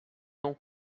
não